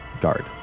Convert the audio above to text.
guard